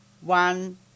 One